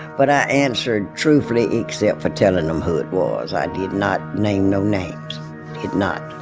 but i answered truthfully except for telling them who it was. i did not name no names did not